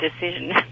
decision